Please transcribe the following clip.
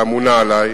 שאמונה עלי.